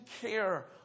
care